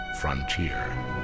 frontier